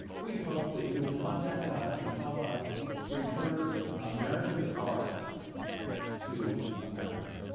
we hope that you'll contact us and help us return america's art to america.